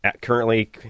currently